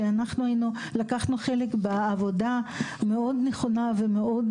שאנחנו לקחנו חלק בעבודה מאוד נכונה ומאוד